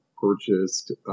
purchased